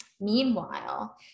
Meanwhile